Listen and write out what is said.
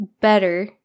better